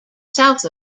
south